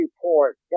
port